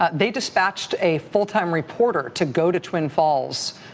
ah they dispatched a full-time reporter to go to twin falls,